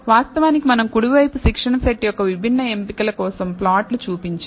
వాస్తవానికి మనం కుడి వైపు శిక్షణ సెట్ యొక్క విభిన్న ఎంపికల కోసం ప్లాట్లు చూపించాం